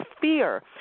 fear